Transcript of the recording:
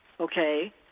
okay